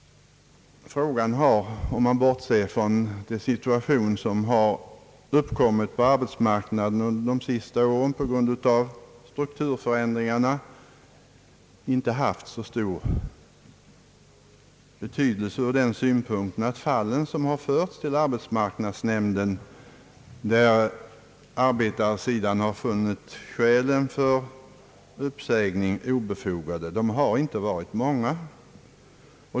Frågan har — om man bortser från den situation som har uppstått på arbetsmarknaden under de senaste åren på grund av strukturförändringar — inte haft så stor betydelse ur den synvinkeln att de fall som har förts till arbetsmarknadsnämnden och där arbetarsidan har funnit skälen för uppsägning obefogade inte har varit många.